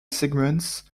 segments